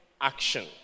action